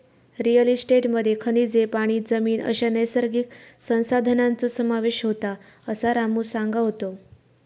real इस्टेटमध्ये खनिजे, पाणी, जमीन अश्या नैसर्गिक संसाधनांचो समावेश होता, असा रामू सांगा होतो